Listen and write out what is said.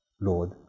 Lord